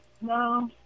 no